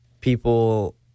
people